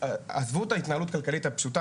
עזבו את ההתנהלות הכלכלית הפשוטה,